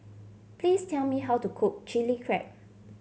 please tell me how to cook Chilli Crab